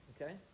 Okay